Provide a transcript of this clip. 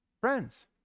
Friends